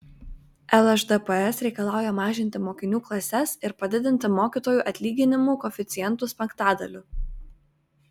lšdps reikalauja mažinti mokinių klases ir padidinti mokytojų atlyginimų koeficientus penktadaliu